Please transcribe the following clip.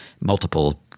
multiple